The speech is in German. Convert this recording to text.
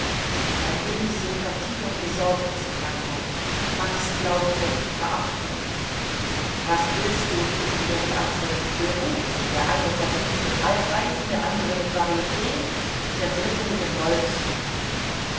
ein wenig sympathie und besorgnis klang durch max glaubte verachtung was willst du zuckte er die achseln beruf der eine verdient's mit alteisen der andre mit variet der dritte mit dem wolfshund